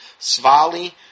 Svali